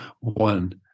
one